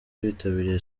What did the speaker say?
bitabiriye